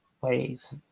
ways